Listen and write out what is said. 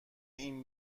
این